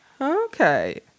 Okay